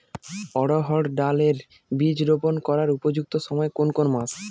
অড়হড় ডাল এর বীজ রোপন করার উপযুক্ত সময় কোন কোন মাস?